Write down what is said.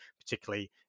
particularly